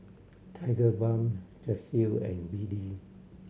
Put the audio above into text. Tigerbalm Strepsil and B D